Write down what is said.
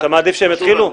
אתה מעדיף שהם יתחילו?